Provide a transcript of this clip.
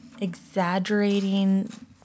exaggerating